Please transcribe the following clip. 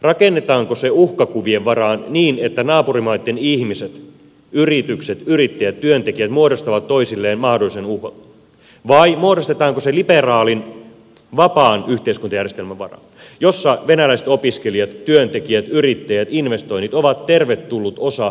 rakennetaanko se uhkakuvien varaan niin että naapurimaitten ihmiset yritykset yrittäjät työntekijät muodostavat toisilleen mahdollisen uhan vai muodostetaanko se liberaalin vapaan yhteiskuntajärjestelmän varaan jossa venäläiset opiskelijat työntekijät yrittäjät investoinnit ovat tervetullut osa suomalaista yhteiskuntaa